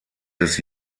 des